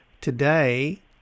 today